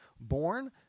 born